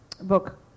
book